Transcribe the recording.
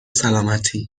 سلامتی